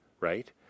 right